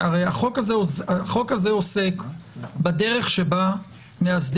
הרי החוק הזה עוסק בדרך שבה מאסדרים.